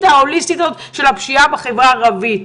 ההוליסטית הזאת של הפשיעה בחברה הערבית.